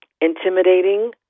intimidating